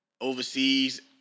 overseas